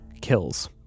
kills